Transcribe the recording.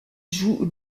joue